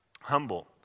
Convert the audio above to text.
humble